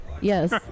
Yes